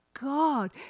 God